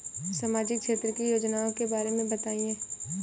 सामाजिक क्षेत्र की योजनाओं के बारे में बताएँ?